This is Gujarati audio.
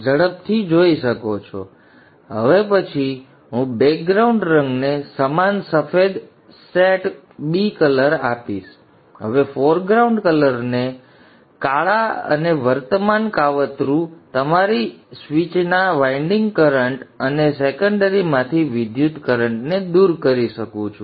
તેથી હવે પછી હું બેકગ્રાઉન્ડ રંગને સમાન સફેદ સેટ bcolor આપીશ હવે ફોરગ્રાઉન્ડ ને કાળા અને વર્તમાનનું કાવતરું સંદર્ભ આપો સમય 1130 તમારી સ્વીચના વાઇન્ડિંગ કરન્ટ અને સેકન્ડરીમાંથી વિદ્યુતકરન્ટને દૂર કરી શકું છું